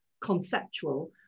conceptual